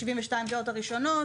ב-72 השעות הראשונות,